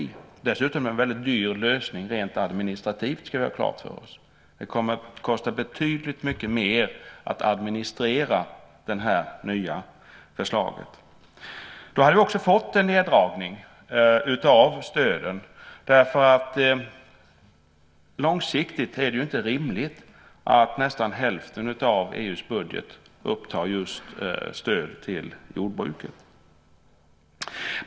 Det blir dessutom en väldigt dyr lösning rent administrativt, ska vi ha klart för oss. Det kommer att kosta betydligt mycket mer att administrera det här nya förslaget. Då hade vi också fått en neddragning av stöden. Långsiktigt är det ju inte rimligt att nästan hälften av EU:s budget upptar just stöd till jordbruket.